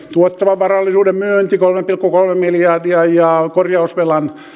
tuottavan varallisuuden myynti kolme pilkku kolme miljardia ja korjausvelan